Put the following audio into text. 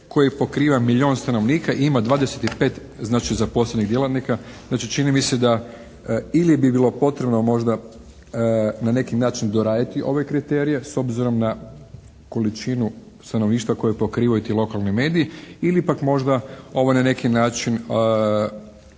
koji pokriva milijun stanovnika i ima 25 znači zaposlenih djelatnika. Znači, čini mi se da ili bi bilo potrebno možda na neki način doraditi ove kriterije s obzirom na količinu stanovništva koje pokrivaju ti lokalni mediji ili pak možda ovo na neki način